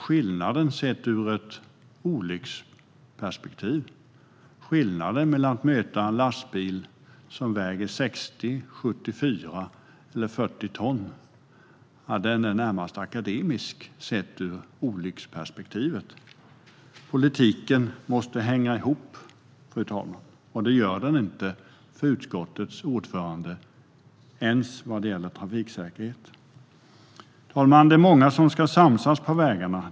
Skillnaden sett ur ett olycksperspektiv mellan att möta en lastbil som väger 60, 74 eller 40 ton är närmast akademisk. Politiken måste hänga ihop, fru talman. Det gör den inte för utskottets ordförande ens vad gäller trafiksäkerhet. Fru talman! Det är många som ska samsas på vägarna.